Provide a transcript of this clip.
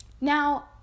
Now